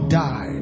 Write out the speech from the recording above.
died